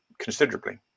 considerably